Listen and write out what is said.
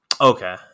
Okay